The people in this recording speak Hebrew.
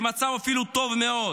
במצב אפילו טוב מאוד: